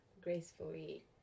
Gracefully